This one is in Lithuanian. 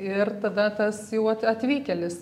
ir tada tas jau at atvykėlis